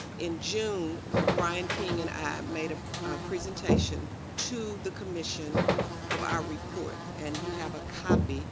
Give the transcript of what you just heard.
in june ah brian king and i made a presentation to the commission of our report and you have a copy